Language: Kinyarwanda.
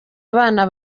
abana